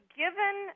given